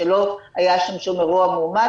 שלא היה שם שום אירוע מאומת,